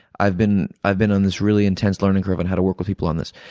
i've been i've been on this really intense learning curve on how to work with people on this.